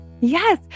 Yes